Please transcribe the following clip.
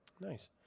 Nice